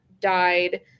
died